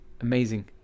amazing